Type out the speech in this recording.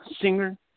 singer